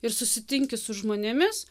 ir susitinki su žmonėmis